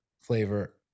flavor